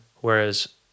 Whereas